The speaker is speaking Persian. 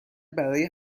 برای